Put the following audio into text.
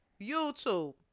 YouTube